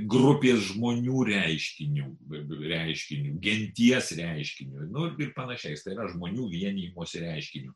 grupės žmonių reiškiniu reiškiniu genties reiškiniu nu ir panašiais žmonių vienijimosi reiškiniu